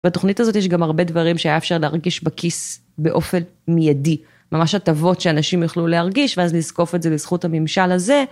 בתוכנית הזאת יש גם הרבה דברים שהיה אפשר להרגיש בכיס באופן מיידי. ממש הטבות שאנשים יוכלו להרגיש, ואז לזקוף את זה לזכות הממשל הזה.